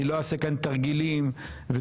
אני לא אעשה כאן תרגילים ותכסיסנות,